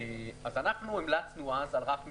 אז אנחנו המלצנו אז על רף מסוים.